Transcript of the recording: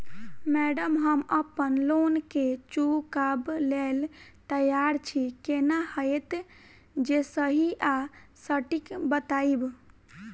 Madam हम अप्पन loan केँ चुकाबऽ लैल तैयार छी केना हएत जे सही आ सटिक बताइब?